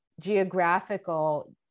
geographical